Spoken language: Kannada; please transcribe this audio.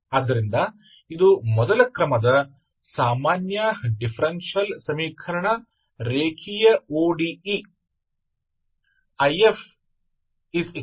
ಆದ್ದರಿಂದ ಇದು ಮೊದಲ ಕ್ರಮದ ಸಾಮಾನ್ಯ ಡಿಫರೆನ್ಷಿಯಲ್ ಸಮೀಕರಣ ರೇಖೀಯ ODE I